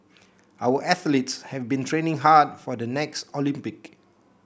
our athletes have been training hard for the next Olympic